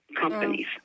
companies